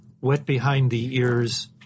wet-behind-the-ears